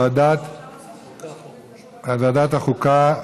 לוועדת החוקה,